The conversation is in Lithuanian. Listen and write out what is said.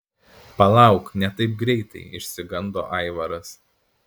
palauk ne taip greit išsigando aivaras